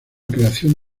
creación